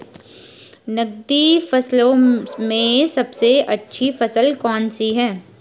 नकदी फसलों में सबसे अच्छी फसल कौन सी है?